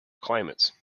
climates